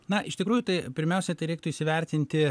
na iš tikrųjų tai pirmiausia reiktų įsivertinti